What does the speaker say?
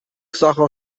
sacher